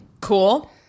Cool